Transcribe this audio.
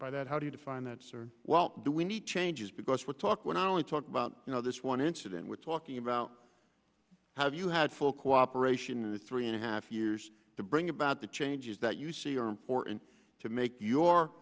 by that how do you define that sir well do we need changes because we talk when i only talk about you know this one incident with talking have you had full cooperation in the three and a half years to bring about the changes that you see are important to make your